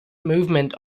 movement